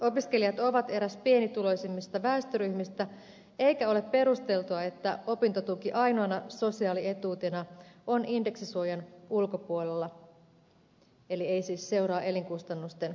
opiskelijat ovat eräs pienituloisimmista väestöryhmistä eikä ole perusteltua että opintotuki ainoana sosiaalietuutena on indeksisuojan ulkopuolella eli ei siis seuraa elinkustannusten nousua